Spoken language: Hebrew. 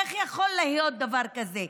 איך יכול להיות דבר כזה?